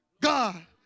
God